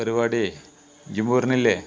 പരിപാടിയേ നീയ് പോരുന്നില്ലേ